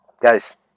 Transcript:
guys